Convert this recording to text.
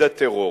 בטרור.